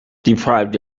deprived